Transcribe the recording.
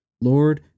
Lord